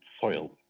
soil